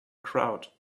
crowd